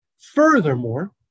Furthermore